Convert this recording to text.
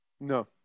No